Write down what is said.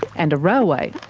and a railway.